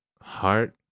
heart